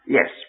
Yes